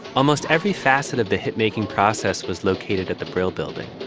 almost every facet of the hit making process was located at the brill building,